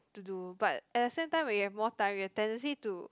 to do but at the same time we have more target tendency to